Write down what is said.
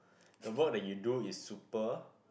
the work that you do is super